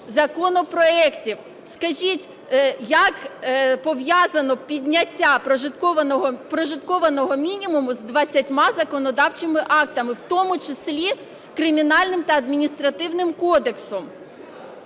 законопроектів. Скажіть, як пов'язано підняття прожиткового мінімуму з 20 законодавчими актами, в тому числі Кримінальним та адміністративним кодексами?